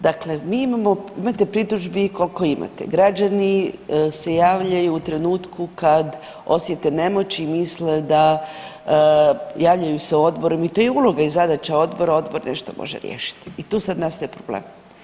Dakle mi imamo, imate pritužbi koliko imate, građani se javljaju u trenutku kad osjete nemoć i misle da, javljaju se Odboru i to je i uloga i zadaća Odbora, Odbor nešto može riješiti i tu sad nastaje problem.